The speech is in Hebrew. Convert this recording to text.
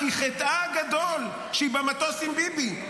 כי חטאה הגדול שהיא במטוס עם ביבי.